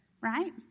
Right